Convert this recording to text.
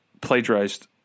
plagiarized